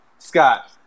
Scott